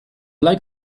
like